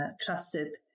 trusted